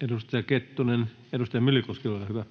edustaja Kettunen. — Edustaja Myllykoski, ole hyvä.